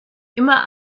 immer